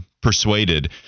persuaded